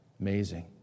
Amazing